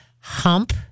hump